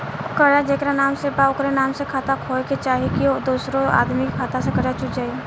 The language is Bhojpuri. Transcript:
कर्जा जेकरा नाम से बा ओकरे नाम के खाता होए के चाही की दोस्रो आदमी के खाता से कर्जा चुक जाइ?